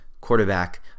quarterback